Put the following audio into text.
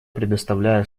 предоставляю